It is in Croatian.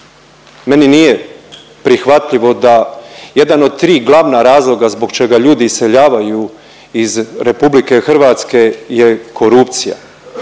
Meni nije prihvatljivo da jedan od tri glavna razloga zbog čega ljudi iseljavaju iz RH je korupcija.